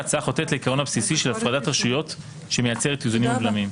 ההצעה חוטאת לעיקרון הבסיסי של הפרדת רשויות שמייצרת איזונים ובלמים.